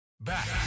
Back